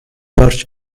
torch